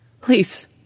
Please